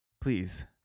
please